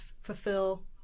fulfill